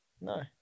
No